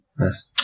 Yes